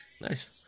Nice